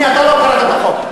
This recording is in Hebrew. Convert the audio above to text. הנה, אתה לא קראת את החוק.